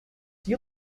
you